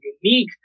unique